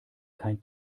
kein